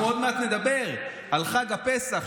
אנחנו נדבר עוד מעט על חג הפסח,